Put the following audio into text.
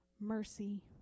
mercy